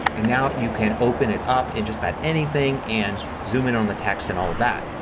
and now you can open it up in just about anything and zoom in on the text and all of that.